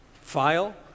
file